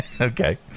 Okay